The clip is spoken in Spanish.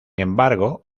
embargo